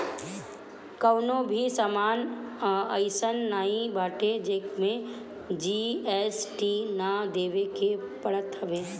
कवनो भी सामान अइसन नाइ बाटे जेपे जी.एस.टी ना देवे के पड़त हवे